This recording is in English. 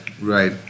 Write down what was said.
right